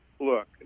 look